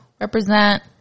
Represent